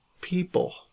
people